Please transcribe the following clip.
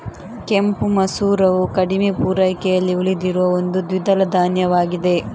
ಕೆಂಪು ಮಸೂರವು ಕಡಿಮೆ ಪೂರೈಕೆಯಲ್ಲಿ ಉಳಿದಿರುವ ಒಂದು ದ್ವಿದಳ ಧಾನ್ಯವಾಗಿದೆ